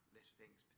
listings